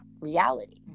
reality